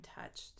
touched